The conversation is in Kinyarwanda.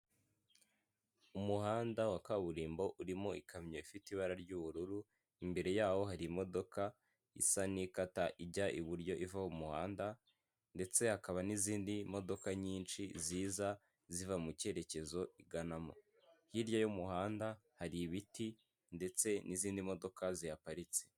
Umuhanda wa kaburimbo urimo ikamyo ifite ibara ry'ubururu imbere yaho hari imodoka isa n'ikata ijya iburyo iva mu muhanda, ndetse hakaba n'izindi modoka nyinshi ziza ziva mu cyerekezo iganamo, hirya y'umuhanda hari ibiti ndetse n'izindi modoka zihaparitse.